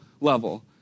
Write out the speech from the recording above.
level